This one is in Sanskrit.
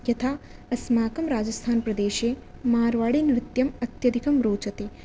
यथा अस्माकं राजस्थानप्रदेशे मार्वाडिनृत्यम् अत्यधिकं रोचते